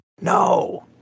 no